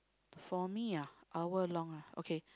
for me ah hour long ah okay